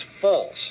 false